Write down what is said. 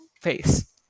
face